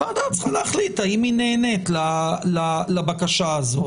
הוועדה צריכה להחליט האם היא נענית לבקשה הזאת.